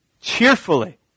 cheerfully